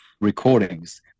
recordings